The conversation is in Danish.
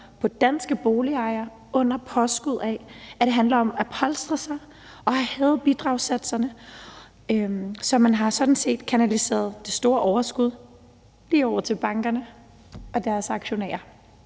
på danske boligejere under påskud af, at det handler om at polstre sig, og har hævet bidragssatserne. Så man har sådan set kanaliseret de store overskud lige over til bankerne og deres aktionærer.